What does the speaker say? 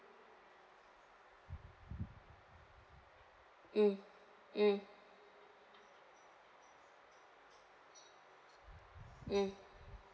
mm mm mm